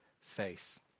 face